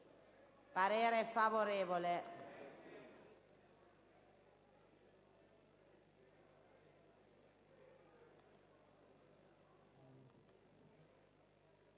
parere favorevole